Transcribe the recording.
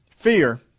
Fear